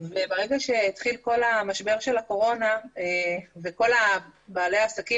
ברגע שהתחיל כל המשבר של הקורונה וכל בעלי העסקים